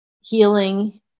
healing